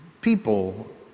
people